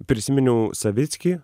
prisiminiau savickį